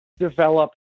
develop